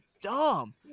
dumb